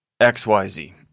xyz